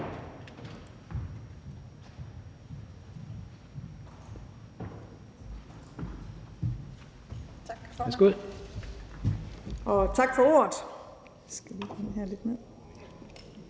tak for ordet.